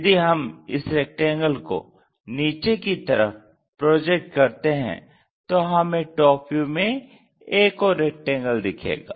यदि हम इस रैक्टेंगल को नीचे की तरफ प्रोजेक्ट करते हैं तो हमें टॉप व्यू में एक और रेक्टेंगल दिखेगा